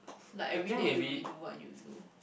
like everyday you redo what you do